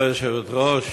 תודה, היושבת-ראש.